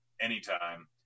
anytime